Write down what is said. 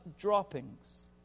droppings